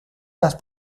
las